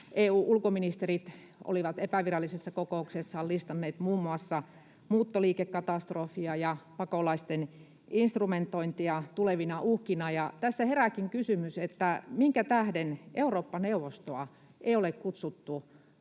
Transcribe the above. EU:n ulkoministerit olivat epävirallisessa kokouksessaan listanneet muun muassa muuttoliikekatastrofia ja pakolaisten instrumentointia tulevina uhkina, ja tässä herääkin kysymys, minkä tähden Eurooppa-neuvostoa ei ole kutsuttu